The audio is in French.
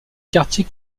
quartier